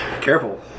careful